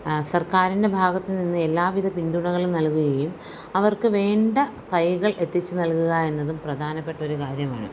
സർക്കാരിൻ്റെ ഭാഗത്ത് നിന്ന് എല്ലാവിധ പിന്തുണകളും നൽകുകയും അവർക്ക് വേണ്ട തൈകൾ എത്തിച്ച് നൽകുക എന്നതും പ്രധാനപ്പെട്ടൊരു കാര്യമാണ്